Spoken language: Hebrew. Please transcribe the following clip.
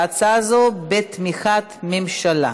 ההצעה הזאת היא בתמיכת הממשלה.